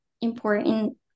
important